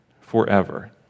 forever